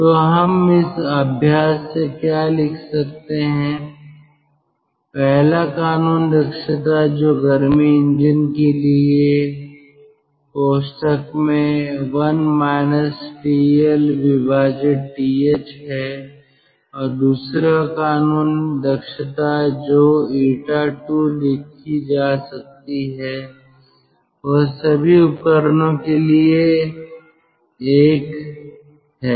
तो हम इस अभ्यास से क्या लिख सकते हैं पहला कानून दक्षता जो गर्मी इंजन के लिए 1 TL TH है और दूसरा कानून दक्षता जो 𝜂II लिखी जा सकती है वह सभी उपकरणों के लिए 10 है